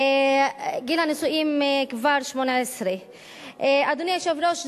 גיל הנישואים כבר 18. אדוני היושב-ראש,